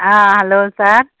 ah hello sir